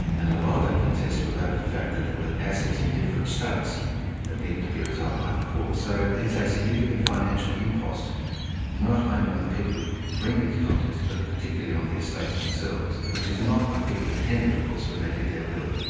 and a lot of that contest was over the fact that there were assets in different states that needed to be resolved by the court. so it's a significant financial impost not only on the people who bring these contests, but particularly on the estates themselves, which is not what people intended, of course, when they did their will.